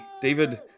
David